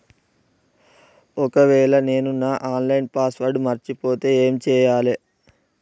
ఒకవేళ నేను నా ఆన్ లైన్ పాస్వర్డ్ మర్చిపోతే ఏం చేయాలే?